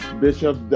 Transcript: Bishop